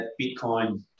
Bitcoin